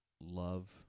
love